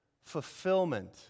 fulfillment